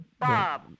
Bob